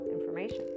information